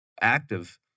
active